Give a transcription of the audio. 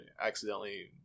accidentally